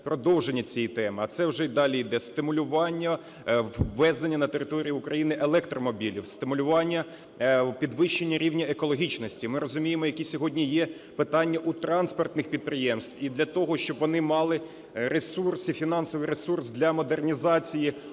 продовження цієї теми, а це вже і далі іде стимулювання ввезення на територію України електромобілів, стимулювання підвищення рівня екологічності. Ми розуміємо які сьогодні є питання у транспортних підприємств. І для того, об вони мали ресурс, фінансовий ресурс для модернізації